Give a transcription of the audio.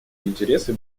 интересы